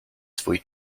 swój